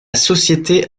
société